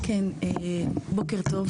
בוקר טוב.